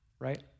right